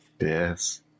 yes